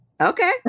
Okay